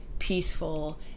peaceful